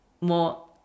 more